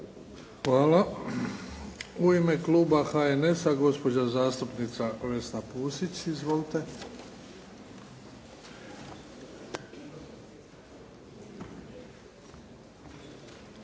Hvala. U ime kluba HNS-a, gospođa zastupnica Vesna Pusić. Izvolite.